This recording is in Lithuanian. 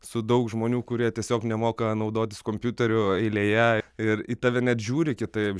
su daug žmonių kurie tiesiog nemoka naudotis kompiuteriu eilėje ir į tave net žiūri kitaip